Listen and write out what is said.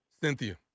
Cynthia